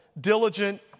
diligent